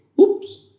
Oops